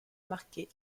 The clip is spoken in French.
marqués